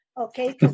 Okay